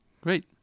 Great